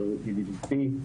יותר ידידותי.